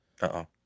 Uh-oh